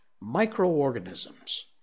Microorganisms